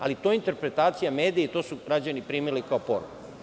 Ali, to je interpretacija medija i to su građani primili kao poruku.